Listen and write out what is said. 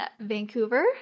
Vancouver